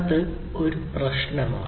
അത് ഒരു പ്രശ്നമാണ്